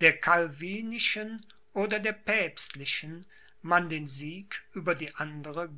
der calvinischen oder der päpstlichen man den sieg über die andere